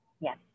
Yes